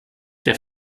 der